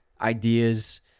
ideas